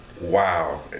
wow